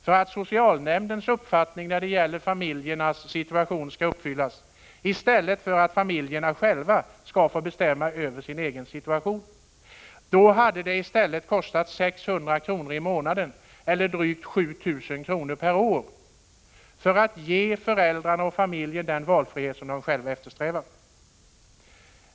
för att socialnämndens uppfattning när det gäller familjens situation skulle gälla i stället för att familjen själv fick bestämma över sin egen situation. Om föräldrarna fått bestämma i det här fallet, hade det kostat samhället 600 kr. i månaden, dvs. drygt 7 000 kr. per år. Det är vad det hade kostat att ge föräldrarna och familjen den valfrihet de själva eftersträvar.